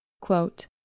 Quote